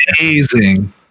Amazing